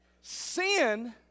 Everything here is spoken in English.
sin